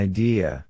Idea